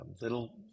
little